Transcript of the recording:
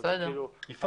יפעל,